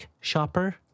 shopper